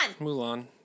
Mulan